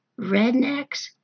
rednecks